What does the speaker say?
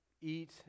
eat